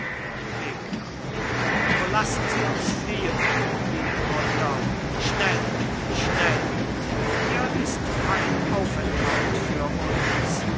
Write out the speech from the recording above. thekla o lassen sie uns fliehen liebe mutter schnell schnell hier ist kein aufenthalt für uns